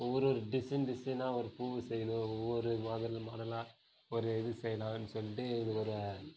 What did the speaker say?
ஒவ்வொரு ஒரு டிஸைன் டிஸைன்னா ஒரு பூ செய்யணும் ஒவ்வொரு மாடல் மாடலாக ஒரு இது செய்யலாம்ன்னு சொல்லிட்டு ஒரு